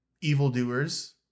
evildoers